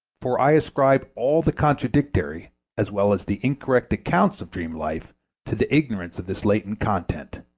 for i ascribe all the contradictory as well as the incorrect accounts of dream-life to the ignorance of this latent content,